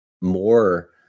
more